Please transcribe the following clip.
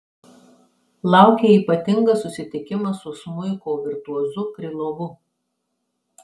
laukia ypatingas susitikimas su smuiko virtuozu krylovu